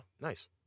Nice